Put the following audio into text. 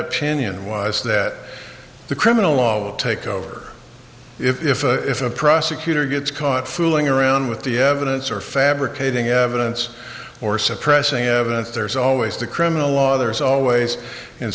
opinion was that the criminal law would take over if a if a prosecutor gets caught fooling around with the evidence or fabricating evidence or suppressing evidence there's always the criminal law there's always in